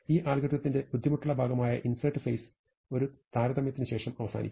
ഈ അൽഗോരിതത്തിന്റെ ബുദ്ധിമുട്ടുള്ള ഭാഗമായ ഇൻസെർട് ഫേസ് ഒരു താരതമ്യത്തിന് ശേഷം അവസാനിക്കും